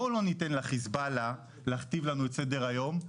בואו לא ניתן לחיזבאללה להכתיב לנו את סדר היום,